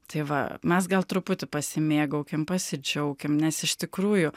tai va mes gal truputį pasimėgaukim pasidžiaukim nes iš tikrųjų